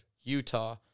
Utah